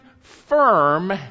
firm